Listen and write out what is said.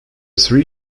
three